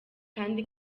kandi